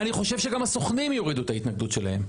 אני חושב שגם הסוכנים יורידו את ההתנגדות שלהם.